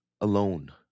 alone